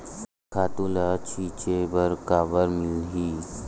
खातु ल छिंचे बर काबर मिलही?